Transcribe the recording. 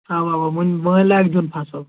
اَوہ اَوہ وۄنۍ وۄنۍ لاگہِ دیُٚن فصٕل